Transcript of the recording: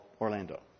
Orlando